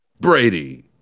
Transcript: Brady